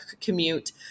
commute